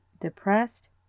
depressed